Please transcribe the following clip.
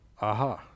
aha